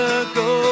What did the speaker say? ago